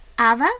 Ava